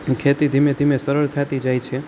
ખેતી ધીમે ધીમે સરળ થતી જાય છે